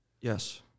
Yes